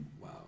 Wow